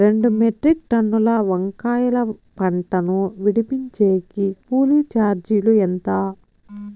రెండు మెట్రిక్ టన్నుల వంకాయల పంట ను విడిపించేకి కూలీ చార్జీలు ఎంత?